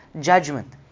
judgment